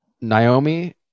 Naomi